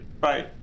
bye